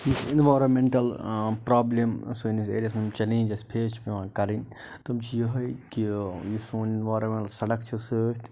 یُس environmental problem science ایریاہَس منٛز چٮ۪لینٛج اَسہِ فیس چھِ پٮ۪وان کَرٕنۍ تِم چھِ یِہوٚے کہِ یہِ سون سڑک چھِ سۭتۍ